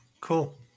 Cool